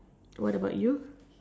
what about you